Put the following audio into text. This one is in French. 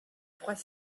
trois